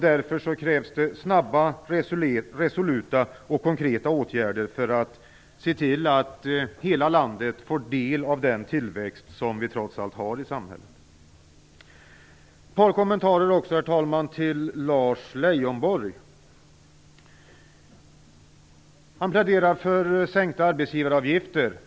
Därför krävs det snabba, resoluta och konkreta åtgärder för att se till att hela landet får del av den tillväxt som vi trots allt har i samhället. Jag vill göra ett par kommentarer också till Lars Leijonborg, herr talman. Man pläderar för sänkta arbetsgivaravgifter.